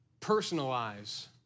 personalize